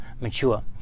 mature